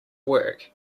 work